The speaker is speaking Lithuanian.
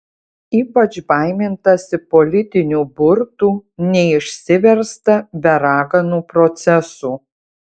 ypač baimintasi politinių burtų neišsiversta be raganų procesų